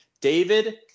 David